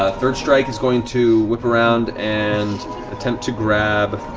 ah third strike is going to whip around and attempt to grab.